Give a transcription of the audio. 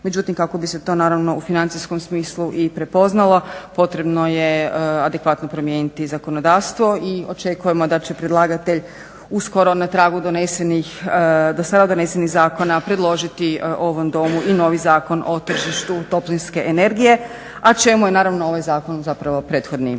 međutim kako bi se to naravno u financijskom smislu i prepoznalo potrebno je adekvatno promijeniti zakonodavstvo. I očekujemo da će predlagatelj uskoro na tragu dosada donesenih zakona predložiti ovom Domu i novi Zakon o tržištu toplinske energije, a čemu je naravno ovaj zakon zapravo prethodni